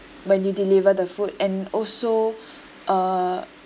when you deliver the food and also uh